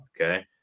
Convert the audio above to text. Okay